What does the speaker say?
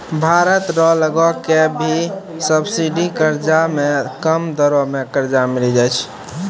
भारत रो लगो के भी सब्सिडी कर्जा मे कम दरो मे कर्जा मिली जाय छै